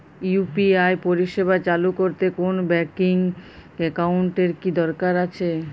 UPI পরিষেবা চালু করতে কোন ব্যকিং একাউন্ট এর কি দরকার আছে?